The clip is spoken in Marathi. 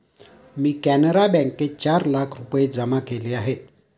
मी कॅनरा बँकेत चार लाख रुपये जमा केले आहेत